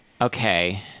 Okay